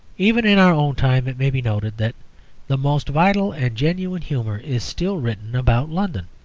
even in our own time it may be noted that the most vital and genuine humour is still written about london.